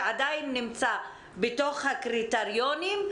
שעדיין נמצא בתוך הקריטריונים,